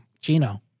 Gino